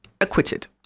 acquitted